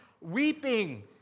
weeping